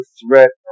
threat